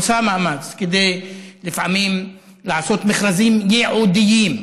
עושה מאמץ לפעמים לעשות מכרזים ייעודיים,